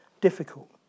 difficult